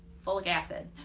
folic acid.